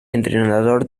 entrenador